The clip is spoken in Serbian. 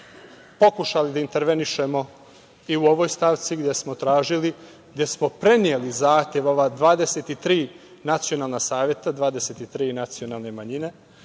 pokušali da intervenišemo i u ovoj stavci, gde smo tražili, gde smo preneli zahtev ova 23 nacionalna saveta 23 nacionalne manjine